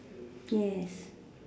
yes